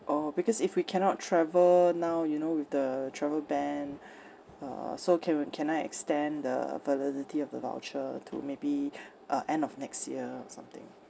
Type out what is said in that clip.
orh because if we cannot travel now you know with the travel ban uh so can we can I extend the validity of the voucher to maybe uh end of next year or something